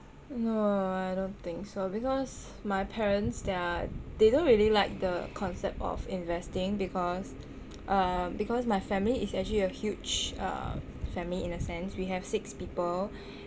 no I don't think so because my parents they are they don't really like the concept of investing because uh because my family is actually a huge uh family in the sense we have six people